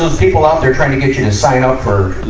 ah people out there trying to get you to sign up for. and